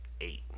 eight